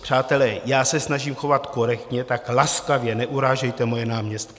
Přátelé, já se snažím chovat korektně, tak laskavě neurážejte moje náměstky.